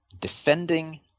defending